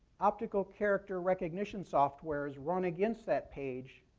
optical character recognition software is run against that page,